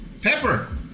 Pepper